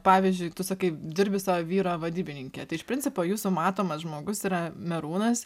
pavyzdžiui tu sakai dirbi savo vyro vadybininke tai iš principo jūsų matomas žmogus yra merūnas